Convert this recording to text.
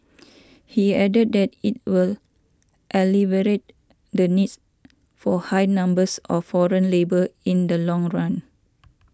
he added that it will alleviate the needs for high numbers of foreign labour in the long run